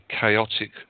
chaotic